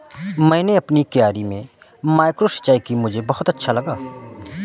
मैंने अपनी क्यारी में माइक्रो सिंचाई की मुझे बहुत अच्छा लगा